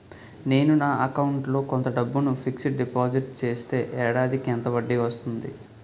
నేను నా అకౌంట్ లో కొంత డబ్బును ఫిక్సడ్ డెపోసిట్ చేస్తే ఏడాదికి ఎంత వడ్డీ వస్తుంది?